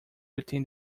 within